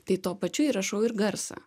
tai tuo pačiu įrašau ir garsą